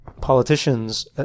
politicians